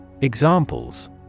Examples